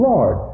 Lord